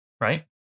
right